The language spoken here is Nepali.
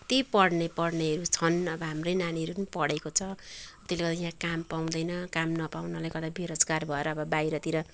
पढ्ने पढ्ने छन् अब हाम्रै नानीहरू पनि पढेको छ त्यसले गर्दाखेरि यहाँ काम पाउँदैन काम नपाउनाले गर्दा बेरोजगार भएर अब बाहिरतिर